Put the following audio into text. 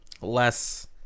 less